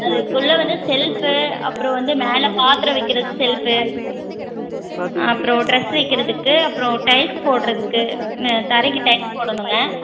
அதுக்குள்ளே வந்து செல்ஃபு அப்புறம் வந்து மேலே பாத்திரம் வைக்கிறக்கு செல்ஃபு அப்புறம் டிரெஸ் வைக்கிறதுக்கு அப்பறம் டைல்ஸ் போடுகிறதுக்கு தரைக்கு டைல்ஸ் போடணுங்க